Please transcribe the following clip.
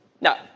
No